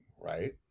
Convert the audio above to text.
right